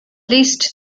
least